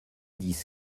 dix